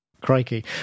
Crikey